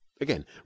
Again